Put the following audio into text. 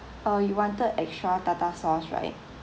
uh you wanted extra tartar sauce right